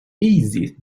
easy